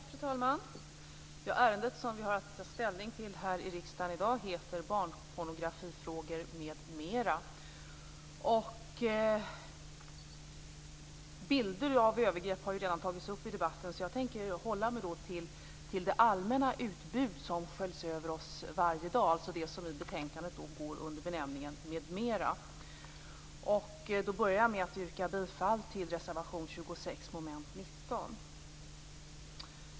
Fru talman! Det betänkande som vi har att ta ställning till i riksdagen i dag heter Barnpornografifrågan m.m. Bilder av övergrepp har redan tagits upp i debatten. Jag tänker därför hålla mig till det allmänna utbud som sköljs över oss varje dag, dvs. Jag börjar med att yrka bifall till reservation 26 under mom. 19.